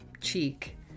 cheek